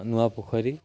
ନୂଆ ପୋଖରୀ